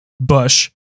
Bush